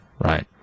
Right